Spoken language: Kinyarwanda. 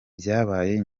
byabaye